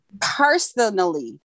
personally